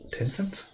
Tencent